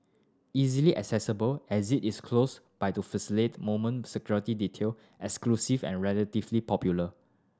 easily accessible exit is close by to facilitate moment security detail exclusive and relatively popular